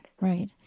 right